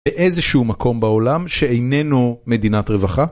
באיזשהו מקום בעולם שאיננו מדינת רווחה?